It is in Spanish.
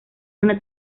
una